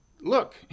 look